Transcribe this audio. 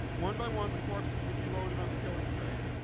one by one, the corpses would be loaded on the killing train.